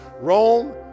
Rome